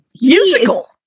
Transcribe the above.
Musical